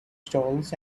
stalls